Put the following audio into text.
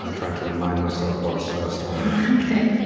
ah trying to remind myself what's first order.